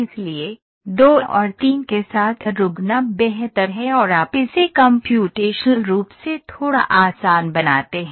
इसलिए 2 और 3 के साथ रुकना बेहतर है और आप इसे कम्प्यूटेशनल रूप से थोड़ा आसान बनाते हैं